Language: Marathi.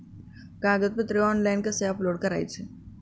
कागदपत्रे ऑनलाइन कसे अपलोड करायचे?